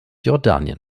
jordanien